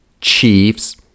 chiefs